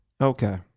Okay